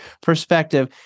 perspective